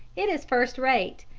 it is first-rate.